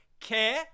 care